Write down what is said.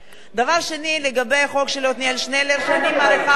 שאני מעריכה אותו מאוד תעשו את זה קודם במשרד הפנים,